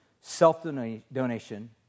self-donation